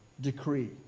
decree